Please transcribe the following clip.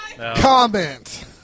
Comment